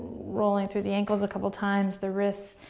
rolling through the ankles a couple times, the wrists.